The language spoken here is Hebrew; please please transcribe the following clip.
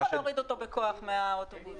גם את זה.